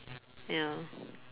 ya